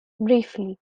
briefly